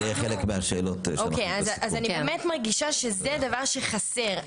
אני מבאמת מרגישה שזה דבר שחסר.